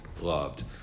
loved